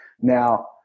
Now